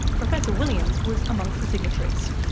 professor williams was among the signatories.